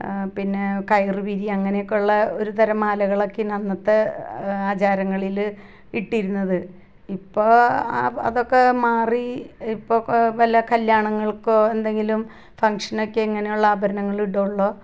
പിന്നെ കയറ് പിരി അങ്ങനെ ഒക്കെയുള്ള ഒരു തരം മാലകൾ ഒക്കെയാണ് അന്നത്തെ ആചാരങ്ങളിൽ ഇട്ടിരുന്നത് ഇപ്പോൾ അതൊക്കെ മാറി ഇപ്പോൾ വല്ല കല്യാണങ്ങൾക്കൊ എന്തെങ്കിലും ഫങ്ഷനൊക്കെ ഇങ്ങനയുള്ള ആഭരണങ്ങൾ ഇടുവുള്ളു